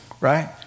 right